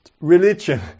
religion